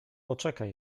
poczekaj